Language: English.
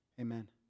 amen